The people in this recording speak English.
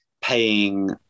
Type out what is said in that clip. paying